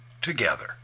together